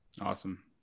Awesome